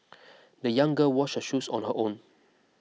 the young girl washed her shoes on her own